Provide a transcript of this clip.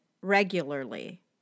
regularly